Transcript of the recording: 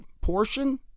portion